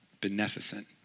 beneficent